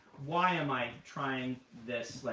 why am i trying this?